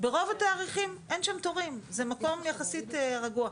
ברוב התאריכים אין תורים, זה מקום יחסית רגוע.